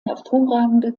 hervorragende